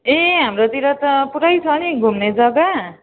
ए हाम्रोतिर त पुरै छ नि घुम्ने जग्गा